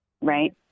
right